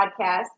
podcast